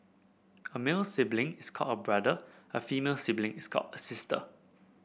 a male sibling is called a brother and a female sibling is called a sister